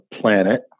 planet